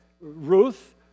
Ruth